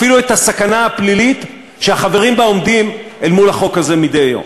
אפילו את הסכנה הפלילית שהחברים בה עומדים אל מול החוק מדי יום.